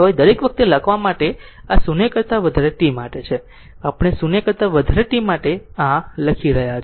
દરેક વખતે લખવા માટે આ 0 કરતા વધારે t માટે છે આપણે 0 કરતા વધારે t માટે આ લખી રહ્યા છીએ